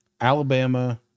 Alabama